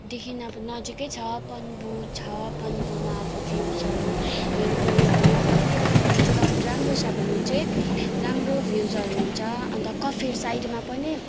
देखि अब नजिकै छ पन्बु छ पन्बुमा अब भ्युजहरू हेर्नु पऱ्यो भने अब क्लियर क्लाउड राम्रो छ भने चाहिँ राम्रो भ्युजहरू हुन्छ अन्त कफेर साइडमा पनि